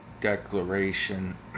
declaration